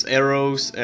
arrows